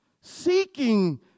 seeking